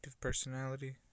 personality